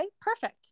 perfect